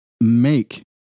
make